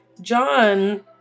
John